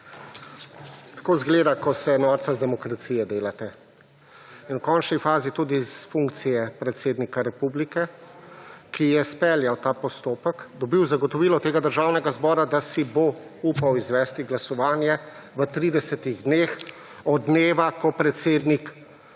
Tako izgleda, ko se norca iz demokracije delate in v končni fazi tudi iz funkcije predsednika Republike, ki je izpeljal ta postopek, dobil zagotovilo tega državnega zbora, da si bo upal izvesti glasovanje v 30 dneh od dneva, ko predsednik